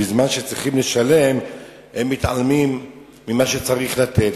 בזמן שצריכים לשלם, הם מתעלמים ממה שצריך לתת.